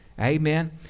Amen